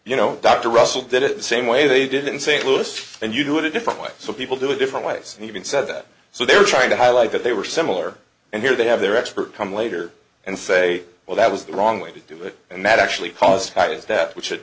you know dr russell did it the same way they did in st louis and you do it a different way so people do it different ways and even said so they were trying to highlight that they were similar and here they have their expert come later and say well that was the wrong way to do it and that actually cause